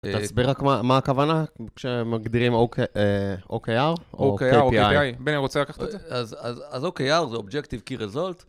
תסביר רק מה הכוונה כשמגדירים OKR או KPI? בן, אני רוצה לקחת אותך. אז OKR זה Objective Key Result.